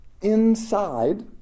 inside